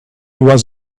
was